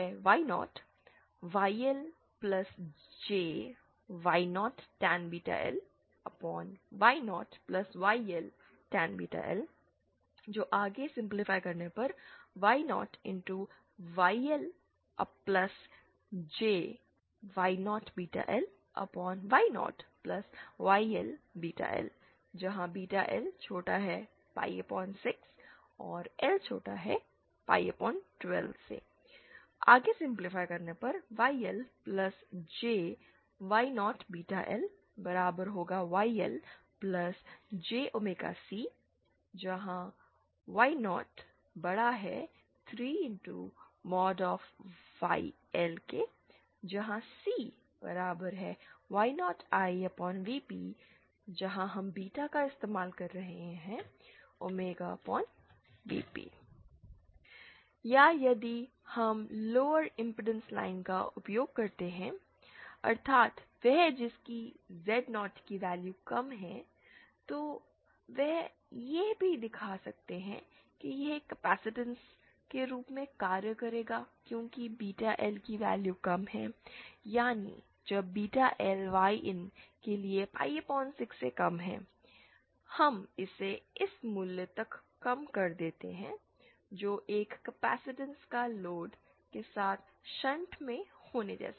Yin Y0YL j Y0 tan lY0 YL tan l Y0YL j Y0 lY0 YL l for l 6or l 12 YLjY0l YL jC for Y03 YL Where CY0Ivp using vp या यदि हम lower impedance line का उपयोग करते हैं अर्थात वह जिसकी Z0 की वैल्यू कम है तो वे यह भी दिखा सकते हैं कि यह कैपेसिटेंस के रूप में कार्य करेगा क्योंकि बीटा L की वैल्यू कम है यानि जब बीटा L Yin के लिए पाई6 से कम है हम इसे इस मूल्य तक कम कर देते हैं जो एक कैपेसिटेंस का लोड के साथ शंट में होने जैसा है